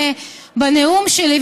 בנאום שלי,